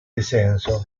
descenso